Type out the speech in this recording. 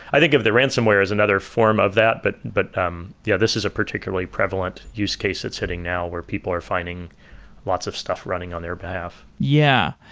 i think the ransomware is another form of that, but but um yeah, this is a particularly prevalent use case that's hitting now where people are finding lots of stuff running on their behalf yeah.